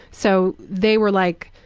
so they were like,